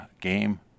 game